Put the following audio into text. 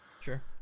Sure